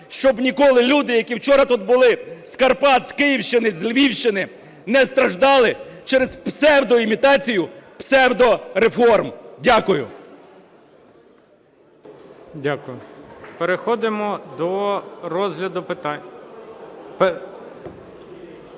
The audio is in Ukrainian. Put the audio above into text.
щоб ніколи люди, які вчора тут були з Карпат, з Київщини, з Львівщини, не страждали через псевдоімітацію псевдореформ. Дякую.